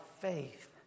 faith